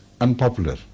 unpopular